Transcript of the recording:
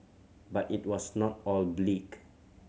but it was not all the bleak